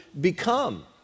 become